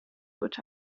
which